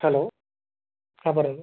hello ആ പറയൂ